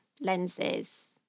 lenses